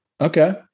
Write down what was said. Okay